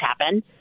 happen